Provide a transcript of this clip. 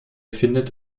findet